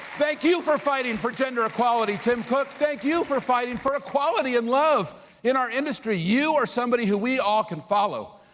thank you for fighting for gender equality, tim cook. thank you for fighting for equality and love in our industry. you are somebody who we all can follow.